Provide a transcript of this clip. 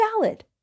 valid